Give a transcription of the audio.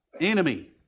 Enemy